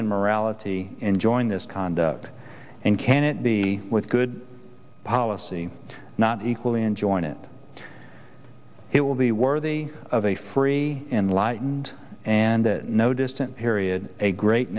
and morality enjoying this conduct and can it be with good policy not equally enjoying it it will be worthy of a free enlightened and no distant period a great